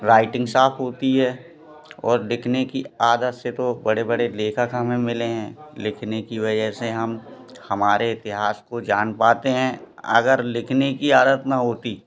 writing साफ होती है और लिखने की आदत से तो बड़े बड़े लेखक हमें मिले हैं लिखने की वज़ह से हम हमारे इतिहास को जान पाते हैं अगर लिखने की आदत न होती